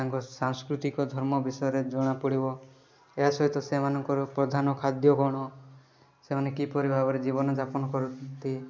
ତାଙ୍କ ସାଂସ୍କୁତିକ ଧର୍ମ ବିଷୟରେ ଜଣାପଡ଼ିବ ଏହା ସହିତ ସେମାନଙ୍କର ପ୍ରଧାନ ଖାଦ୍ୟ କ'ଣ ସେମାନେ କିପରି ଭାବରେ ଜୀବନଯାପନ କରନ୍ତି